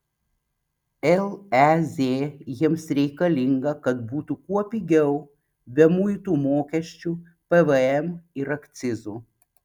lez jiems reikalinga kad būtų kuo pigiau be muitų mokesčių pvm ir akcizų